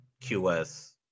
QS